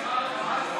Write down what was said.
יוסי שיין אמר לך משהו?